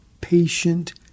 patient